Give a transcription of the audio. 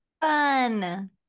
Fun